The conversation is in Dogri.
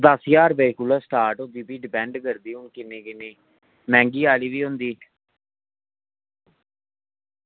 दस ज्हार रपेऽ कोला स्टार्ट होंदी फ्ही डिपेंड करदी किन्नी किन्नी मैंह्गी आह्ली बी होंदी